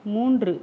மூன்று